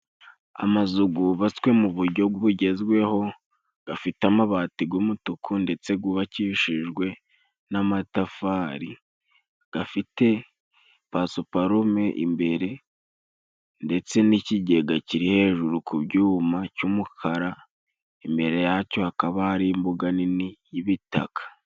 Amazu gubatswe mu bujyo gugezweho, gafite amabati g'umutuku ndetse gubakishijwe n'amatafari, gafite pasiparume imbere, ndetse n'ikigega kiri hejuru ku byuma cy'umukara, imbere yacyo hakaba ari imbuga nini y'ibitaka.